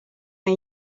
men